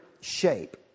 shape